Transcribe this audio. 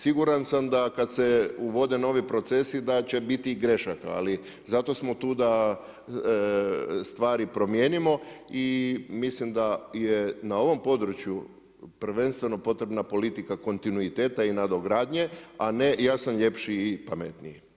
Siguran sam da kad se uvode novi procesi da će biti grešaka, ali zato smo tu da stvari promijenimo i mislim da je na ovom području prvenstveno potreba politika kontinuiteta i nadogradnje a ne ja sam ljepši i pametniji.